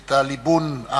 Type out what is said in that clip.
את הליבון.